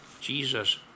Jesus